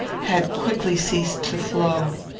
had quickly ceased to flow.